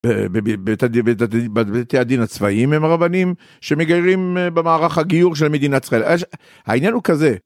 בבתי הדין הצבאיים הם הרבנים שמגיירים במערך הגיור של מדינת ישראל, העניין הוא כזה.